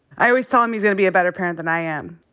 i always tell him he's gonna be a better parent than i am.